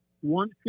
One